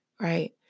right